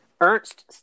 Ernst